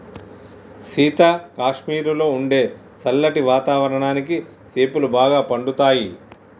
సీత కాశ్మీరులో ఉండే సల్లటి వాతావరణానికి సేపులు బాగా పండుతాయి